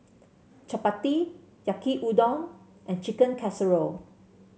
Chapati Yaki Udon and Chicken Casserole